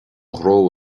ghnó